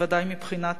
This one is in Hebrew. מבחינת אף אחד,